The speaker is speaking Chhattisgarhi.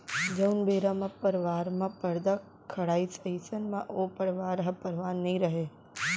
जउन बेरा म परवार म परदा खड़ाइस अइसन म ओ परवार ह परवार नइ रहय